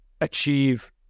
achieve